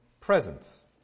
presence